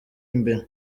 imbere